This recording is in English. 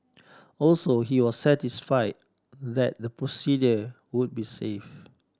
also he was satisfied that the procedure would be safe